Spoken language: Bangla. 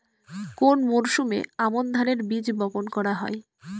কোন মরশুমে আমন ধানের বীজ বপন করা হয়?